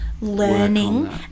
learning